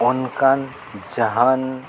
ᱚᱱᱠᱟᱱ ᱡᱟᱦᱟᱱ